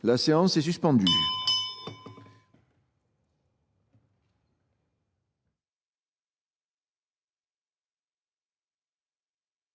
La séance est suspendue.